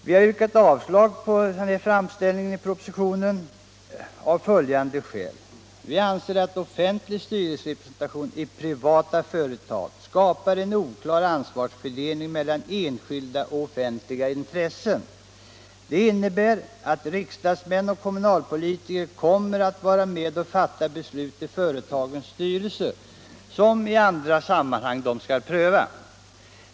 Vi har yrkat avslag på denna framställning i propositionen av följande skäl: Vi anser att offentlig styrelserepresentation i privata företag skapar en oklar ansvarsfördelning mellan enskilda och offentliga intressen. Den innebär att riksdagsmän och kommunalpolitiker kommer att vara med och fatta beslut i företagens styrelser som de i andra sammanhang skall pröva.